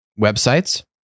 Websites